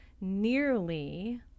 nearly